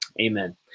Amen